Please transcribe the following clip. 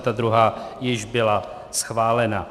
Ta druhá již byla schválena.